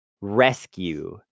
rescue